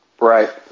Right